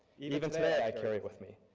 even today i carry it with me.